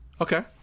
Okay